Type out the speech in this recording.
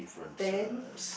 ten